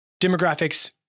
demographics